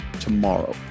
tomorrow